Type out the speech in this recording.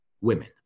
women